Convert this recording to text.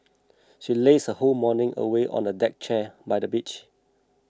she lazed her whole morning away on a deck chair by the beach